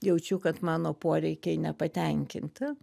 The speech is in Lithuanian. jaučiu kad mano poreikiai nepatenkinti